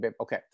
Okay